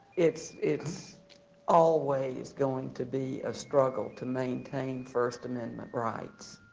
it's it's always going to be a struggle to maintain first amendment rights.